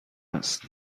است